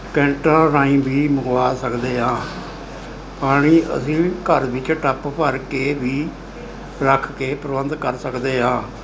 ਕੈਂਟਾਂ ਰਾਹੀਂ ਵੀ ਮੰਗਵਾ ਸਕਦੇ ਹਾਂ ਪਾਣੀ ਅਸੀਂ ਵੀ ਘਰ ਵਿੱਚ ਟੱਬ ਭਰ ਕੇ ਵੀ ਰੱਖ ਕੇ ਪ੍ਰਬੰਧ ਕਰ ਸਕਦੇ ਹਾਂ